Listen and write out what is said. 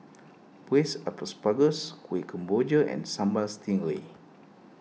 Braised Asparagus Kueh Kemboja and Sambal Stingray